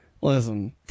Listen